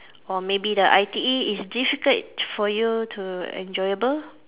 or maybe the I_T_E is difficult for you to enjoyable